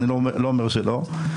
אני לא אומר שלא,